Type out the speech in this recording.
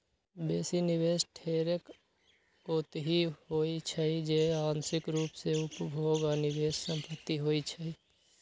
बेशी निवेश ढेरेक ओतहि होइ छइ जे आंशिक रूप से उपभोग आऽ निवेश संपत्ति होइ छइ